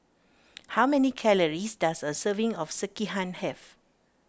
how many calories does a serving of Sekihan have